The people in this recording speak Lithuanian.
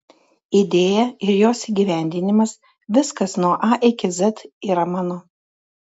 idėja ir jos įgyvendinimas viskas nuo a iki z yra mano